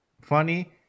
funny